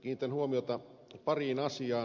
kiinnitän huomiota pariin asiaan